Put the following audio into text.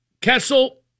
Kessel